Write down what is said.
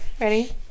ready